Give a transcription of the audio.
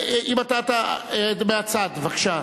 מהצד, בבקשה.